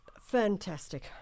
fantastic